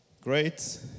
Great